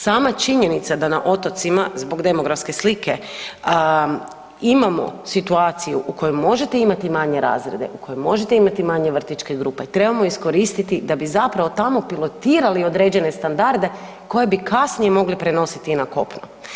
Sama činjenica da na otocima zbog demografske slike imamo situaciju u kojoj možete imati manje razrede, u kojem možete imate manje vrtićke grupe trebamo iskoristiti da bi zapravo tamo pilotirali određene standarde koje bi kasnije mogli prenositi i na kopno.